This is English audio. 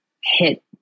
hit